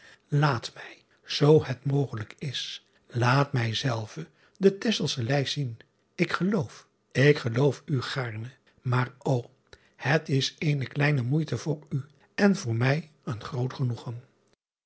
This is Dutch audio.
aat mij zoo het mogelijk is laat mij zelve de exelsche ijst zien k geloof ik geloof u gaarne maar ô het is eene kleine moeite voor u en voor mij een groot genoegen